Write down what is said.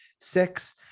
six